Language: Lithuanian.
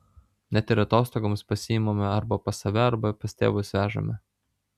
net ir atostogoms pasiimame arba pas save arba pas tėvus vežame